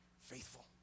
faithful